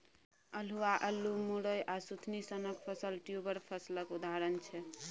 अल्हुआ, अल्लु, मुरय आ सुथनी सनक फसल ट्युबर फसलक उदाहरण छै